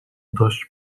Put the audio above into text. dość